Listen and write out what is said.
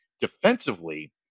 defensively